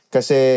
Kasi